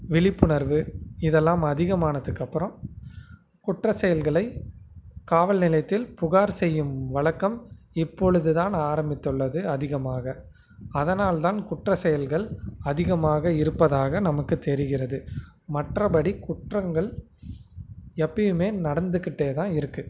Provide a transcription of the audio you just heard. விழிப்புணர்வு இதெல்லாம் அதிகமானதுக்கப்பறம் குற்ற செயல்களை காவல் நிலையத்தில் புகார் செய்யும் வழக்கம் இப்பொழுது தான் ஆரம்பித்துள்ளது அதிகமாக அதனால் தான் குற்ற செயல்கள் அதிகமாக இருப்பதாக நமக்கு தெரிகிறது மற்றப்படி குற்றங்கள் எப்பயுமே நடந்துக்கிட்டே தான் இருக்குது